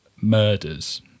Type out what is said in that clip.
murders